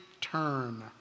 turn